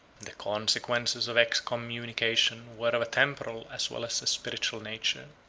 the consequences of excommunication were of a temporal as well as a spiritual nature.